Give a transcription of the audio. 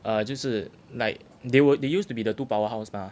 err 就是 like they used to be the two powerhouse mah